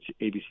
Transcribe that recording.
ABC